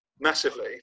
massively